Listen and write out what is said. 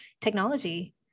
technology